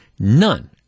None